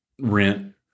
Rent